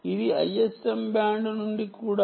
ఇది ISM band నుండి కూడా